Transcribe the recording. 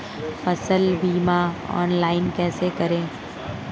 फसल बीमा ऑनलाइन कैसे करें?